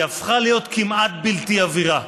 היא הפכה להיות כמעט בלתי עבירה,